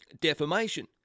defamation